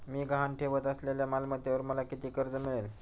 मी गहाण ठेवत असलेल्या मालमत्तेवर मला किती कर्ज मिळेल?